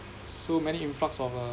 so many influx of uh